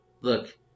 look